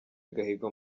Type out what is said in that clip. agahigo